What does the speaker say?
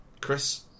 Chris